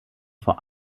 vor